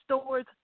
stores